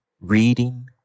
reading